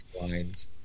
lines